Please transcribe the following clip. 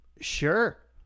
Sure